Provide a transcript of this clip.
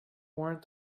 warrant